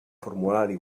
formulari